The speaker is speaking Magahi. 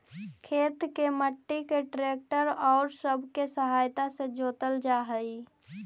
खेत के मट्टी के ट्रैक्टर औउर सब के सहायता से जोतल जा हई